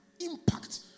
impact